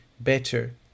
better